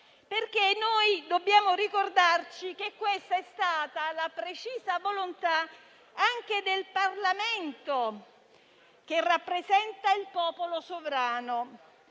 non solo. Dobbiamo ricordarci che questa è stata la precisa volontà anche del Parlamento, che rappresenta il popolo sovrano.